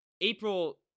April